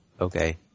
okay